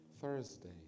Thursday